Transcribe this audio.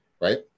right